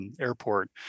airport